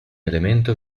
elemento